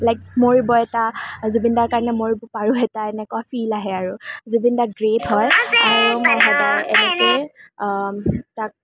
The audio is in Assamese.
লাইক মৰিব এটা জুবিন দাৰ কাৰণে মৰিব পাৰোঁ এটা এনেকুৱা এটা ফীল আহে আৰু জুবিন দা গ্ৰেট হয় আৰু মই সদায় এনেকৈয়ে তাক